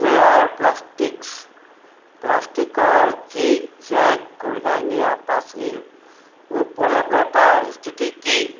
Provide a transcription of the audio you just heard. flair plastics প্লাষ্টিকৰ zigzag কঢ়িয়াই নিয়া পাচিৰ উপলব্ধতাৰ স্থিতি কি